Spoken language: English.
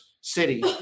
city